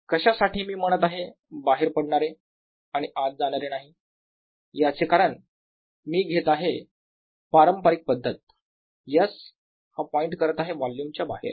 कशासाठी मी म्हणत आहे बाहेर पडणारे आणि आत जाणारे नाही याचे कारण मी घेत आहे पारंपारिक पद्धत s हा पॉईंट करत आहे वोल्युमच्या बाहेर